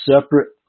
separate